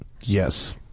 Yes